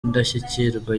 indashyikirwa